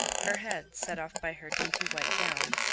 her head, set off by her dainty white gown,